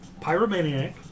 Pyromaniac